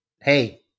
Hey